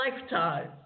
lifetime